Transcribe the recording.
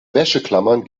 wäscheklammern